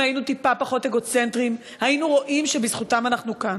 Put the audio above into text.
אם היינו טיפה פחות אגוצנטריים היינו רואים שבזכותם אנחנו כאן.